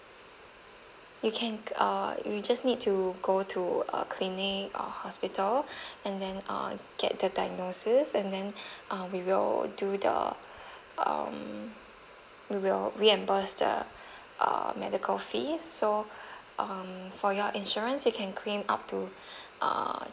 you can err you just need to go to a clinic or hospital and then uh get the diagnosis and then um we will do the um we will reimburse the uh medical fees so um for your insurance you can claim up to err